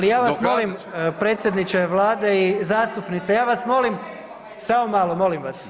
Ali ja vas molim predsjedniče vlade i zastupnice, ja vas molim, samo malo molim vas.